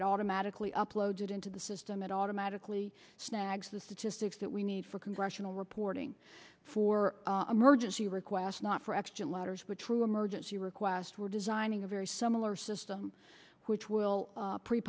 it automatically uploaded into the system it automatically snags the statistics that we need for congressional reporting for emergency request not for action letters but true emergency requests were designing a very similar system which will